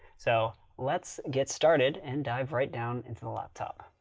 so let's get started and dive right down into the laptop.